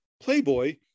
playboy